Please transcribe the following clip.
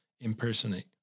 impersonate